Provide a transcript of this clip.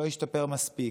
לא השתפר מספיק,